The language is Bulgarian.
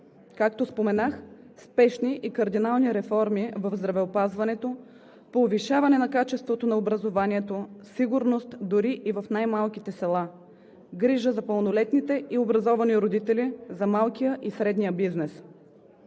Както споменах, спешни и кардинални реформи в здравеопазването, повишаване на качеството на образованието, сигурност дори и в най-малките села, грижа за пълнолетните и образованите родители за малкия и средния бизнес.